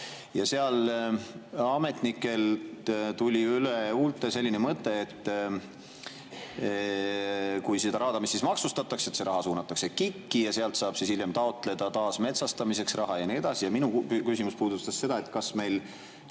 Seal tuli ametnikelt üle huulte selline mõte, et kui seda raadamist maksustatakse, siis see raha suunatakse KIK-i ja sealt saab siis hiljem taotleda taasmetsastamiseks raha ja nii edasi. Minu küsimus puudutab seda, kas meil